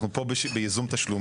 אנחנו פה בייזום תשלומים,